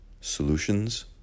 solutions